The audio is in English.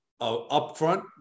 upfront